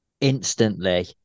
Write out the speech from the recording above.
instantly